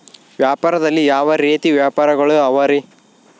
ವ್ಯಾಪಾರದಲ್ಲಿ ಯಾವ ರೇತಿ ವ್ಯಾಪಾರಗಳು ಅವರಿ?